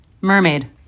Mermaid